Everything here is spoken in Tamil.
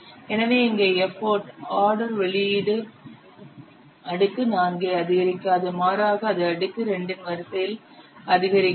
எனவே இங்கே எஃபர்ட் ஆர்டர் வெளியீடு அடுக்கு 4 ஐ அதிகரிக்காது மாறாக அது அடுக்கு 2 இன் வரிசையில் அதிகரிக்கும்